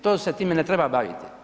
To se time ne treba baviti.